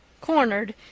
cornered